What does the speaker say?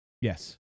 Yes